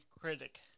critic